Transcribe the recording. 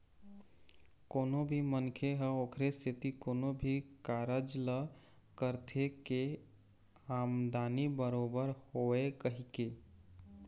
कोनो भी मनखे ह ओखरे सेती कोनो भी कारज ल करथे के आमदानी बरोबर होवय कहिके